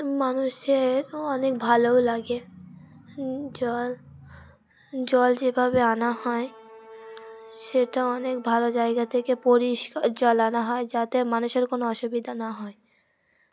মানুষের অনেক ভালোও লাগে জল জল যেভাবে আনা হয় সেটা অনেক ভালো জায়গা থেকে পরিষ্কার জল আনা হয় যাতে মানুষের কোনো অসুবিধা না হয়